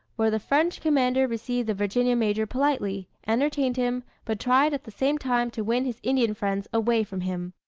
where the french commander received the virginia major politely, entertained him, but tried at the same time to win his indian friends away from him.